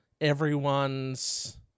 everyone's